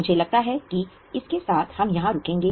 मुझे लगता है कि इसके साथ हम यहां रुकेंगे